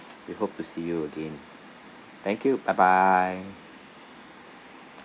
we hope to see you again thank you bye bye